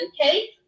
okay